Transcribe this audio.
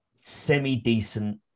semi-decent